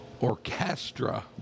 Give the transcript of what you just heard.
Orchestra